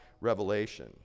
revelation